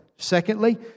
Secondly